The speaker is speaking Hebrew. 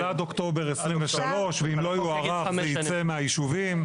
אבל עד אוקטובר 2023 ואם לא יוארך זה ייצא מהיישובים.